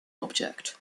object